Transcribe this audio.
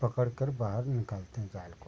पकड़ कर बाहर निकालते हैं जाल को